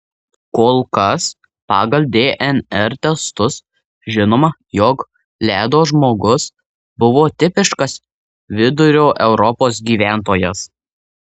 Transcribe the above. kol kas pagal dnr testus žinoma jog ledo žmogus buvo tipiškas vidurio europos gyventojas